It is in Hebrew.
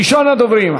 ראשון הדוברים,